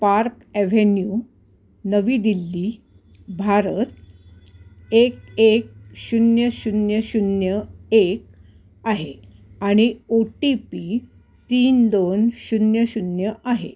park avenue नवी दिल्ली भारत एक एक शून्य शून्य शून्य एक आहे आणि ओ टी पी तीन दोन शून्य शून्य आहे